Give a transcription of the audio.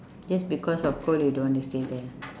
just because of cold you don't want to stay there